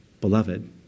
Beloved